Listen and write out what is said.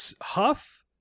huff